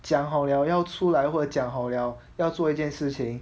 讲好了要出来只讲好了要做一件事情